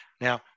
Now